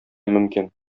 мөмкин